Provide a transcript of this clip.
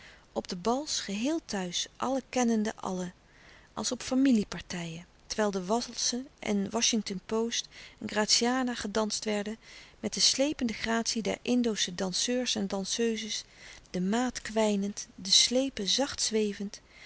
op de bals geheel thuis allen kennende allen als op familie partijen terwijl de walsen en washington post en graziana gedanst werden met de sleepende gratie der indosche danseurs en danseuses de maat kwijnend de slepen zacht zwevend